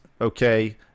okay